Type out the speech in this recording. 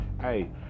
hey